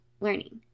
learning